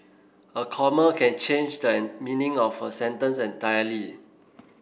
a comma can change the meaning of a sentence entirely